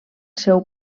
seu